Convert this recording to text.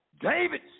David